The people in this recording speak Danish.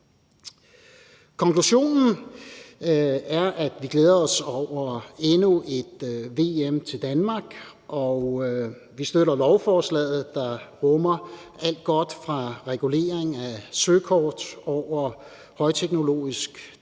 Konklusionen er, at vi glæder os over endnu en VM-guldmedalje til Danmark, og vi støtter lovforslaget, der rummer alt godt fra regulering af søkort over højteknologisk